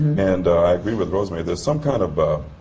and i agree with rosemary, there's some kind of a